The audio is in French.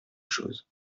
chose